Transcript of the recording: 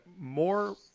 more